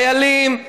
חיילים,